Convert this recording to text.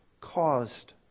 caused